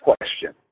question